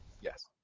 Yes